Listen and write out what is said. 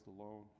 alone